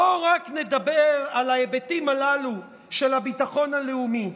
בואו נדבר רק על ההיבטים הללו של הביטחון הלאומי.